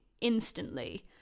instantly